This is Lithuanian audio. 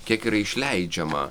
kiek yra išleidžiama